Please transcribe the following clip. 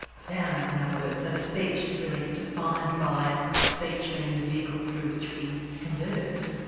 sound, in other words, so speech. that's really defined by speech being the vehicle through which we converse.